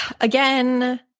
Again